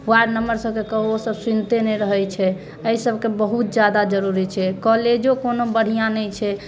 ward member सभके कहु ओ सभ सुनिते नहि रहैत छै एहि सभकेँ बहुत जादा जरुरी छै कोलेजो कोनो बढ़िआ नहि छै